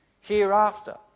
hereafter